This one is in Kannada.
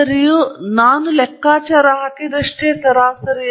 ಮಾದರಿಯು ನಾನು ಲೆಕ್ಕ ಹಾಕಿದಷ್ಟೇ ಸರಾಸರಿ ಎಂದು ಅರ್ಥ ಏನು ಸರಾಸರಿ